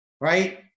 right